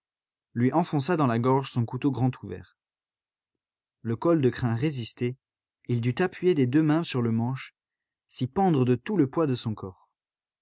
lui enfonça dans la gorge son couteau grand ouvert le col de crin résistait il dut appuyer des deux mains sur le manche s'y pendre de tout le poids de son corps